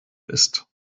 ist